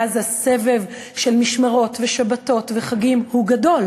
ואז הסבב של משמרות ושבתות וחגים הוא גדול.